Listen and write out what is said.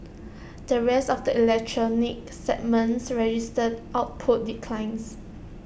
the rest of the electronics segments registered output declines